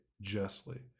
justly